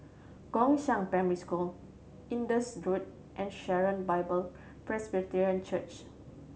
Gongshang Primary School Indus Road and Sharon Bible Presbyterian Church